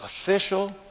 official